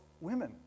women